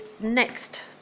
next